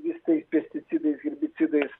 vis tais pesticidais herbicidais